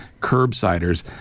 curbsiders